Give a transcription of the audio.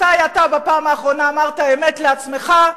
מתי אתה בפעם האחרונה אמרת אמת לעצמך,